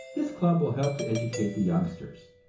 this club will help to educate the youngsters,